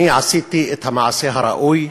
אני עשיתי את המעשה הראוי,